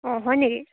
অঁ হয় নেকি